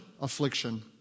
affliction